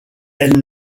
elle